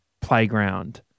playground